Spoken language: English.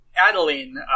Adeline